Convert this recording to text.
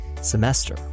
semester